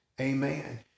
Amen